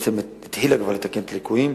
ובעצם כבר התחילה לתקן את הליקויים.